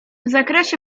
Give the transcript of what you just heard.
zakresie